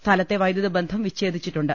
സ്ഥലത്തെ വൈദ്യുതി ബന്ധം വിച്ചേദിച്ചിട്ടുണ്ട്